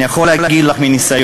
אני יכול להגיד לך מניסיון,